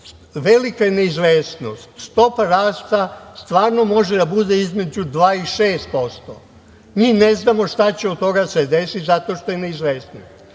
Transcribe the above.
velika neizvesnost, stopa rasta stvarno može da bude između 2% i 6%. Mi ne znamo šta će od toga da se desi zato što je neizvesno.